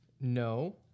no